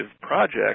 project